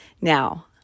Now